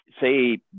say